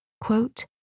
quote